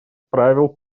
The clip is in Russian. правил